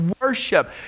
worship